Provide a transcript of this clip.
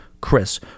Chris